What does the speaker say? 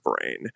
brain